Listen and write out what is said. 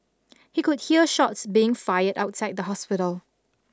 he could hear shots being fired outside the hospital